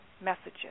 messages